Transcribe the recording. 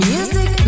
Music